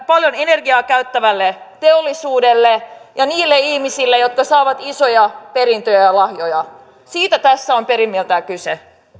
paljon energiaa käyttävälle teollisuudelle ja niille ihmisille jotka saavat isoja perintöjä ja lahjoja siitä tässä on perimmiltään kyse